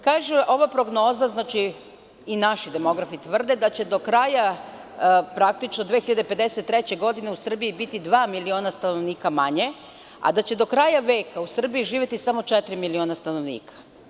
Kaže, ova prognoza, naši demografi tvrde, da će do kraja praktično 2053. godine u Srbiji biti dva miliona stanovnika manje, a da će do kraja veka u Srbiji živeti samo četiri miliona stanovnika.